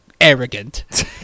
arrogant